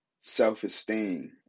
self-esteem